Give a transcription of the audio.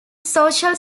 social